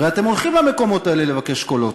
הרי אתם הולכים למקומות האלה לבקש קולות,